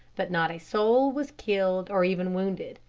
but not a soul was killed or even wounded.